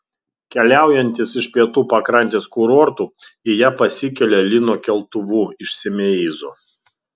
keliaujantys iš pietų pakrantės kurortų į ją pasikelia lyno keltuvu iš simeizo